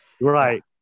Right